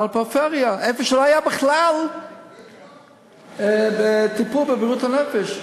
בפריפריה, איפה שלא היה בכלל טיפול בבריאות הנפש.